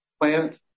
plant